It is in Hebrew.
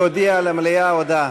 הודעה.